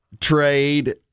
trade